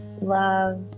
love